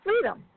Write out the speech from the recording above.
freedom